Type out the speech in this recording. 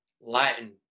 Latin